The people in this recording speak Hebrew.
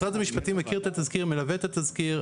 המשפטים מכיר את התזכיר, מלווה את התזכיר.